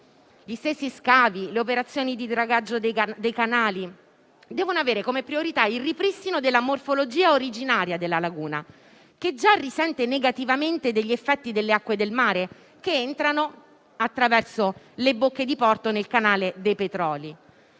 Gli stessi scavi e le operazioni di dragaggio dei canali devono avere come priorità il ripristino della morfologia originaria della laguna, che già risente negativamente degli effetti delle acque del mare, che entrano attraverso le bocche di porto, nel canale dei petroli.